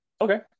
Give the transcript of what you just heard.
Okay